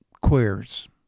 queers